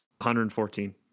114